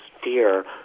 fear